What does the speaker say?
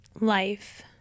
life